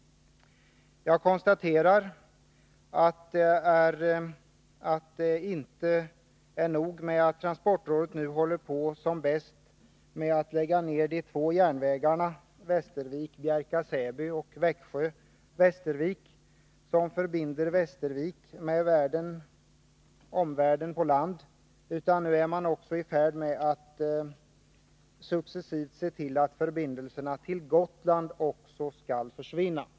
Jag konstaterar att det inte är nog med att transportrådet nu som bäst håller på med att lägga ned de två järnvägarna Västervik-Bjärka-Säby och Växjö-Västervik, som landvägen förbinder Västervik med omvärlden, utan man är nu också i färd med att successivt se till att förbindelserna till Gotland försvinner.